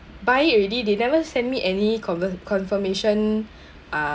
buy it already they never send me any confir~ confirmation ah